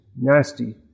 nasty